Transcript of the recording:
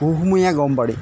কুহুমীয়া গৰম পানী